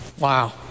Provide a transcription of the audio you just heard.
Wow